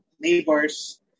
neighbors